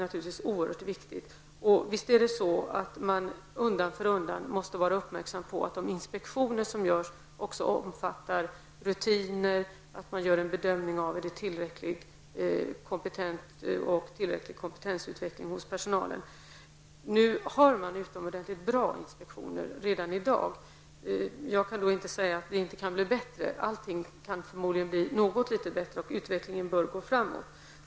Naturligtvis måste man allteftersom vara uppmärksam på att de inspektioner som görs också omfattar rutiner och att man gör en bedömning av om det finns tillräcklig kompetent personal och tillräcklig kompetensutveckling. Det finns redan i dag utomordentligt bra inspektioner. Jag kan inte säga att de inte skulle kunna bli bättre. Allting kan förmodligen bli något litet bättre, och utvecklingen bör gå framåt.